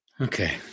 Okay